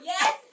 Yes